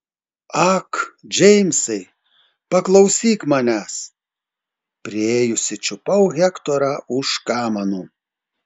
ak džeimsai paklausyk manęs priėjusi čiupau hektorą už kamanų